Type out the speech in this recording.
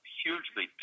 hugely